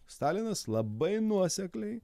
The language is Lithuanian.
stalinas labai nuosekliai